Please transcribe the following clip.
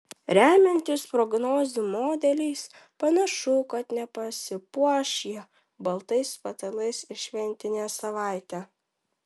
remiantis prognozių modeliais panašu kad nepasipuoš ji baltais patalais ir šventinę savaitę